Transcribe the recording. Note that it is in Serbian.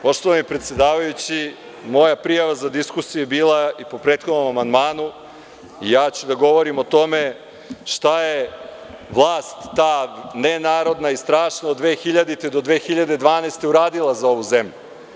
Poštovani predsedavajući, moja prijava za diskusiju je bila po prethodnom amandmanu i ja ću govoriti o tome šta je vlast, da nenarodna i strašna od 2000. do 2012. godine uradila za ovu zemlju.